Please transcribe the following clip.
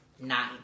Nine